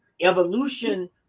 evolution